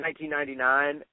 1999